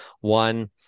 One